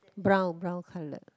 brown brown colour